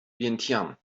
vientiane